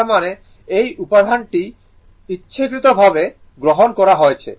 তার মানে এই উদাহরণটি ইচ্ছাকৃতভাবে গ্রহণ করা হয়েছে